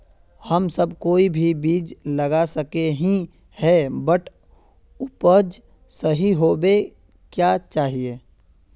हम सब कोई भी बीज लगा सके ही है बट उपज सही होबे क्याँ चाहिए?